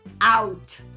out